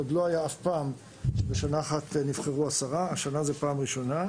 עוד לא היה אף פעם שבשנה אחת נבחרו עשרה והשנה זאת פעם ראשונה.